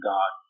God